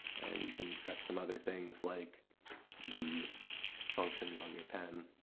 and you can set some other things like the functions on your pen.